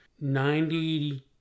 Ninety